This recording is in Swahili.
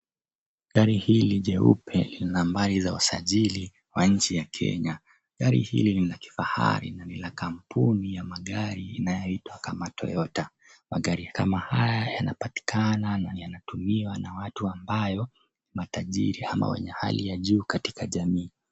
Gari hili jeupe lina nambari za usajili wa nchi ya Kenya. Gari hili ni la kifahari na ni la kampuni ya magari inayoitwa kama Toyota. Magari kama haya yanapatikana na yanatumiwa na watu ambayo matajiri ama wenye hali ya juu katika jamii.